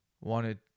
wanted